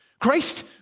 Christ